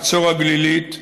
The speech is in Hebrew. חצור הגלילית,